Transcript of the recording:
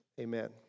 Amen